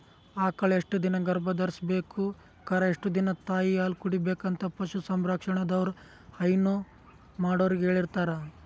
ಆಕಳ್ ಎಷ್ಟ್ ದಿನಾ ಗರ್ಭಧರ್ಸ್ಬೇಕು ಕರಾ ಎಷ್ಟ್ ದಿನಾ ತಾಯಿಹಾಲ್ ಕುಡಿಬೆಕಂತ್ ಪಶು ಸಂರಕ್ಷಣೆದವ್ರು ಹೈನಾ ಮಾಡೊರಿಗ್ ಹೇಳಿರ್ತಾರ್